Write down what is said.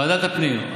ועדת הפנים.